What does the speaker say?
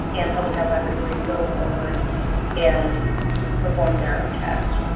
can public health laboratories go forward and perform their um tests?